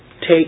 take